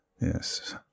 Yes